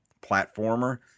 platformer